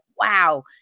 wow